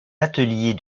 ateliers